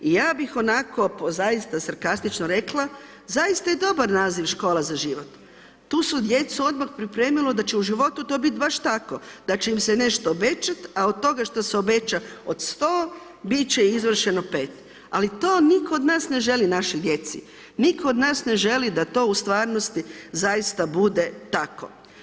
I ja bih onako po zaista sarkastično rekla, zaista je dobar naziv škola za život, tu se djecu odmah pripremilo da će u životu to bit baš tako, da će im se nešto obećat, a od toga što se obeća od sto, bit će izvršeno 5, ali to nitko od nas ne želi našoj djeci, nitko od nas ne želi da to u stvarnosti zaista bude tako.